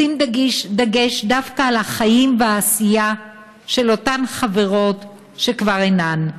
לשים דגש דווקא על החיים והעשייה של אותן חברות שכבר אינן.